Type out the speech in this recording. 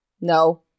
No